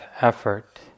effort